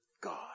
God